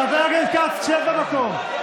חבר הכנסת כץ, שב במקום.